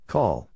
Call